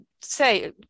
say